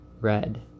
red